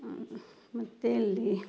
ಮತ್ತು ಅಲ್ಲಿ